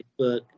Facebook